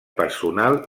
personal